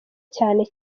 cyane